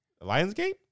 Lionsgate